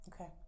Okay